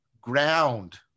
ground